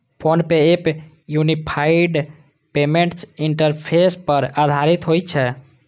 PhonePe app unified payments interface पर आधारित होइ छै